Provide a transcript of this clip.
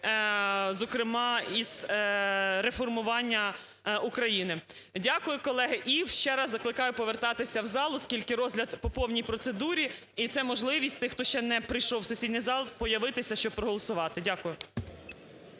зокрема, з реформування України. Дякую, колеги. І ще раз закликаю повертатися в зал, оскільки розгляд по повній процедурі, і це можливість тих, хто ще не прийшов в сесійний зал, появитися, щоб проголосувати. Дякую.